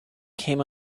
came